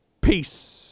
Peace